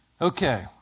Okay